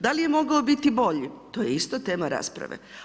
Dal' je moglo biti bolji, to je isto tema rasprave.